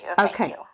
Okay